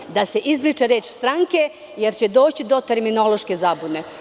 Znači, da se izbriše reč: „stranke“, jer će doći do terminološke zabune.